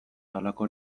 halako